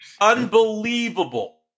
Unbelievable